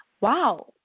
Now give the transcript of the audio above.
wow